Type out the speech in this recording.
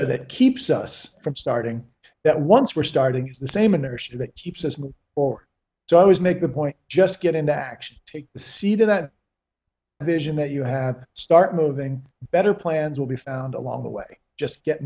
that keeps us from starting that once we're starting is the same inertia that keeps us move or so i always make a point just get into action to see that vision that you have start moving better plans will be found along the way just get